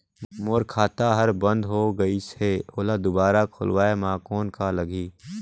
मोर खाता हर बंद हो गाईस है ओला दुबारा खोलवाय म कौन का लगही?